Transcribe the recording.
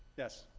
yes.